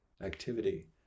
activity